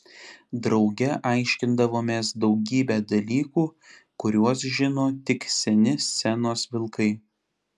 drauge aiškindavomės daugybę dalykų kuriuos žino tik seni scenos vilkai